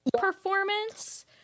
performance